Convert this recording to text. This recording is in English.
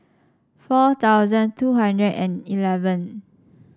four thousand two hundred and eleven